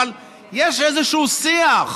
אבל יש איזשהו שיח.